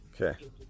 Okay